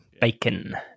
Bacon